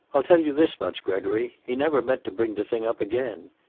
i'll tell you this much, gregory. he never meant to bring the thing up again.